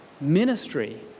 ministry